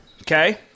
okay